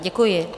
Děkuji.